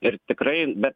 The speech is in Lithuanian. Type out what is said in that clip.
ir tikrai bet